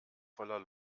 voller